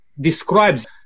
describes